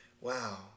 wow